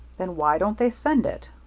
then why don't they send it?